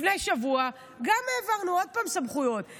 לפני שבוע העברנו סמכויות עוד פעם.